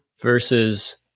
versus